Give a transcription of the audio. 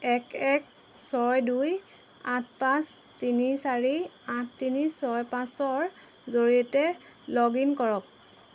এক এক ছয় দুই আঠ পাঁচ তিনি চাৰি আঠ তিনি ছয় পাঁচৰ জৰিয়তে লগ ইন কৰক